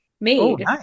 made